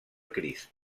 crist